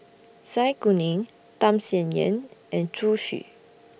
Zai Kuning Tham Sien Yen and Zhu Xu